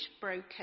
broken